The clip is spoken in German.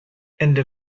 ende